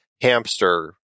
hamster